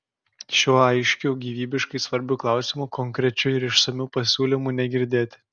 šiuo aiškiu gyvybiškai svarbiu klausimu konkrečių ir išsamių pasiūlymų negirdėti